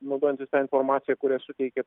naudojantis ta informaciją kaurią suteikė